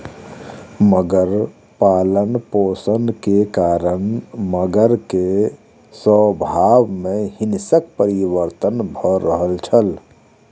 मगर पालनपोषण के कारण मगर के स्वभाव में हिंसक परिवर्तन भ रहल छल